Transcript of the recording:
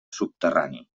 subterrani